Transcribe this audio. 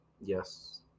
Yes